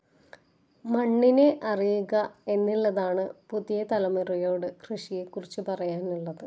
മണ്ണിനെ അറിയുക എന്നുള്ളതാണ് പുതിയ തലമുറയോട് കൃഷിയെക്കുറിച്ച് പറയാനുള്ളത്